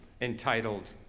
entitled